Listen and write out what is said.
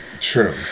true